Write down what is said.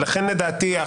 לדעתי,